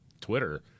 Twitter